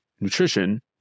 nutrition